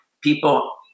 people